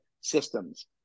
systems